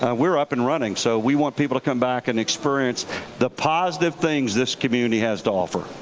we're up and running. so we want people to come back and experience the positive things this community has to offer.